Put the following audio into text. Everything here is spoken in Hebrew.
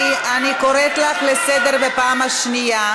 חברת הכנסת זועבי, אני קוראת אותך לסדר פעם שנייה.